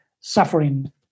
suffering